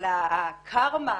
על הקארמה,